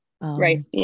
right